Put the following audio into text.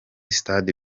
stade